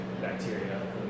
bacteria